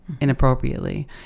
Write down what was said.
inappropriately